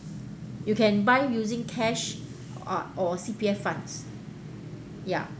you can buy using cash uh or C_P_F funds ya